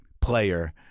player